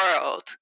world